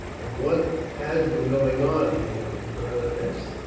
and what has been going on here, berenice?